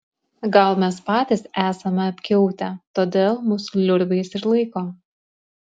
gal mes patys esame apkiautę todėl mus liurbiais ir laiko